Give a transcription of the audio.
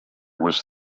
was